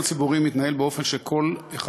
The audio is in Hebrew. לא בטוח שכל אחד